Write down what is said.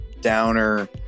downer